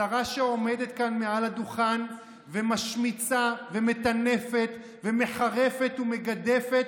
שרה שעומדת כאן מעל הדוכן ומשמיצה ומטנפת ומחרפת ומגדפת,